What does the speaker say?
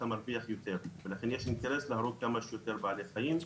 אתה מרוויח יותר ולכן יש אינטרס להרוג כמה שיותר בעלי חיים.